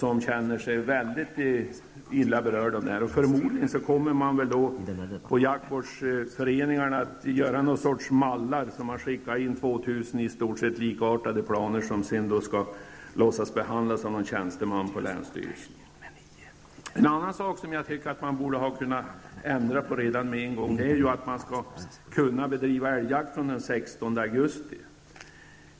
De känner sig väldigt illa berörda av det här. Man kommer förmodligen att göra någon sorts mallar på jaktvårdsföreningarna. Sedan skickar man in 2 000 i stort sett likartade planer som sedan en tjänsteman på länsstyrelsen skall låtsas behandla. En annan sak som man borde ha kunnat ändra på med en gång är att man skall kunna bedriva älgjakt från den 16 augusti.